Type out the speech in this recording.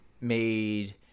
made